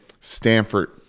Stanford